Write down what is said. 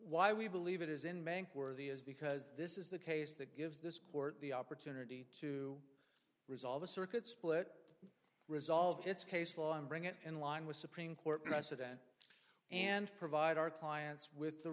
why we believe it is in bank where the is because this is the case that gives this court the opportunity to resolve a circuit split resolved its case law and bring it in line with supreme court precedent and provide our clients with the